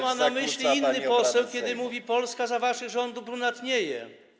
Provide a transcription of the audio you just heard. ma na myśli inny poseł, kiedy mówi: Polska za waszych rządów brunatnieje?